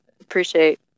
appreciate